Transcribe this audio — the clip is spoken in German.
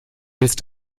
willst